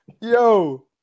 Yo